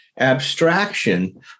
abstraction